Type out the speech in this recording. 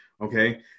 Okay